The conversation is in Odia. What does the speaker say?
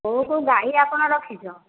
କେଉଁ କେଉଁ ଗାଈ ଆପଣ ରଖିଛ